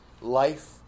Life